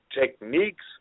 Techniques